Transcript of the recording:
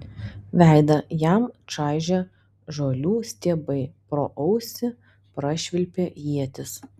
veidą jam čaižė žolių stiebai pro ausį prašvilpė ietis